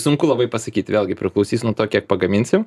sunku labai pasakyti vėlgi priklausys nuo to kiek pagaminsim